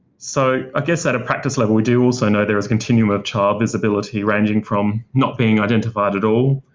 so i guess at a practice level, we do also know there is a continuum of child visibility, ranging from not being identified at all,